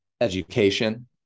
education